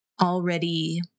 already